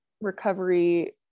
recovery